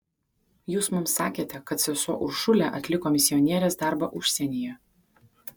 jūs mums sakėte kad sesuo uršulė atliko misionierės darbą užsienyje